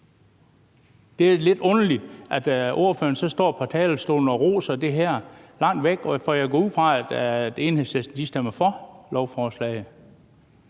Det er da lidt underligt, at ordføreren så står på talerstolen og roser det her langt væk. For jeg går ud fra, at Enhedslisten stemmer for lovforslaget.